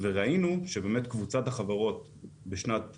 בשנת 2019 לצורך הזמן,